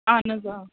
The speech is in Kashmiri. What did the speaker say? اَہن حظ آ